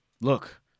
Look